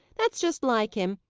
that's just like him!